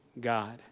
God